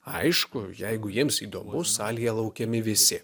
aišku jeigu jiems įdomu salėje laukiami visi